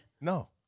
No